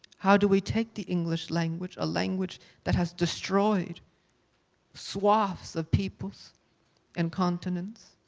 how do we take the english language, a language that has destroyed swaths of peoples and continents,